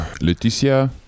Laetitia